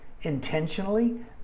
intentionally